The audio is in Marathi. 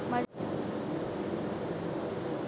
माझ्या मिरचीच्या पिकावर कोण कोणते कीटक पडू शकतात?